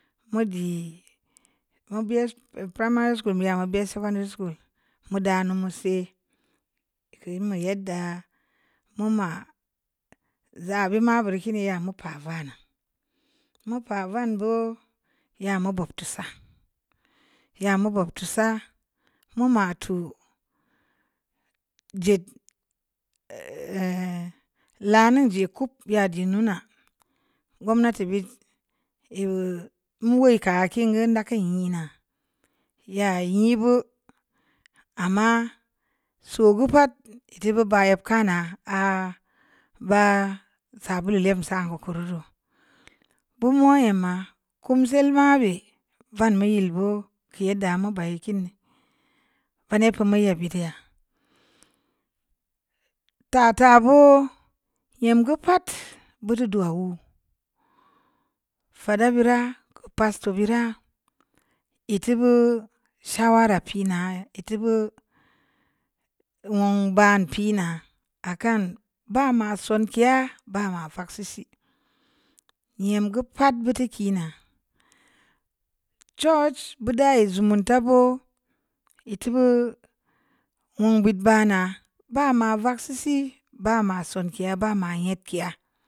Mud di mugbeu primary school mii yə bə secondary school mu dənu mu seu ku yimin yaddə mun mə zə pen ma nbiri kiini ma mupa vənun mupə vənbo nya məbob tubsə ya mobob tubsə mu mətu la nun ji kub biyə din nunə gumnati biiyu nwaurə kə kiini daka yina yayi nbu ama sugu pət tii bi bə yib kənə a'a ba'a sabulu le vin sangə kurureu bumu nyig mə kum seu lɨmbə be vən mi yilbu ke yaddə mubai kiini vanim pum nyii bidiyə ta ta voo yimgə pət burdu duwau'u fadə bii rə pasto biira itibu shawara pina itibu wung bə pinə akən bəmə sunkia bəmə fəg seuseu nyim gə pət buti kiina church buda nyi zə munta abu yitti gə mun bu bəna bə mə vang seuseu bəmə sunki'a bəmə nyikia.